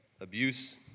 abuse